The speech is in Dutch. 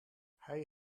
hij